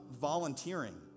volunteering